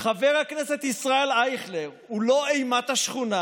חבר הכנסת ישראל אייכלר הוא לא אימת השכונה